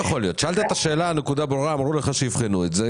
שאלת שאלה, הנקודה ברורה ואמרו לך שיבחנו את זה.